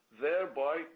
thereby